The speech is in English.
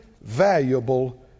valuable